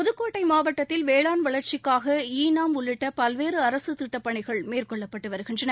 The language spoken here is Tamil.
புதுக்கோட்டை மாவட்டத்தில் வேளாண் வளர்ச்சிக்காக ஈ நாம் உள்ளிட்ட பல்வேறு அரசுத்திட்டப்பணிகள் மேற்கொள்ளப்பட்டு வருகின்றன